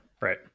right